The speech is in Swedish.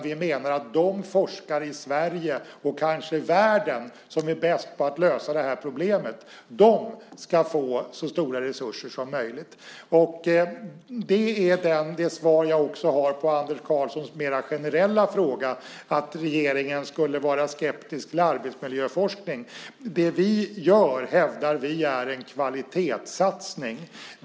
Vi menar att de forskare i Sverige och kanske världen som är bäst på att lösa problemet ska få så stora resurser som möjligt. Det är också det svar jag har på Anders Karlssons mer generella fråga om regeringen är skeptisk till arbetsmiljöforskning. Det vi gör hävdar vi är en kvalitetssatsning.